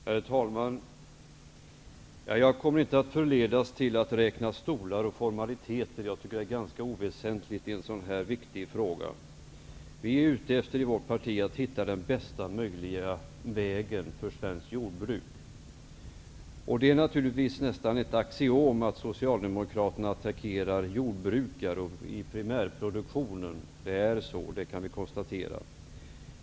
Herr talman! Jag kommer inte att förledas till att räkna stolar och formaliteter. Jag tycker att det är ganska oväsentligt i en sådan här viktig fråga. Vi i kds är ute efter den bästa möjliga vägen för svenskt jordbruk. Det är naturligtvis nästan ett axiom att Socialdemokraterna attackerar jordbrukare i primärproduktionen. Vi kan konstatera att det är så.